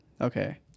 Okay